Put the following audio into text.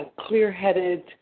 clear-headed